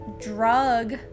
drug